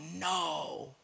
no